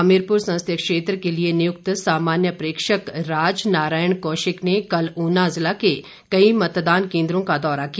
हमीरपुर संसदीय क्षेत्र के लिए नियुक्त सामान्य प्रेक्षक राज नारायण कौशिक ने कल ऊना जिला के कई मतदान केन्द्रों का दौरा किया